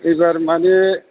एबार माने